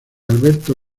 alberto